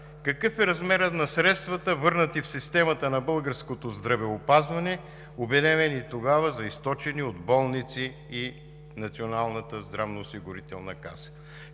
какъв е размерът на средствата, върнати в системата на българското здравеопазване, обявени тогава за източени от болници и Националната здравноосигурителна каса?